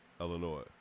Illinois